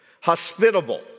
hospitable